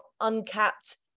uncapped